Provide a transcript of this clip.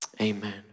Amen